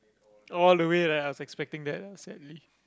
all the way that I was expecting that ah sadly